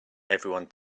everyone